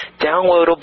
downloadable